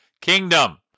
kingdom